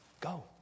go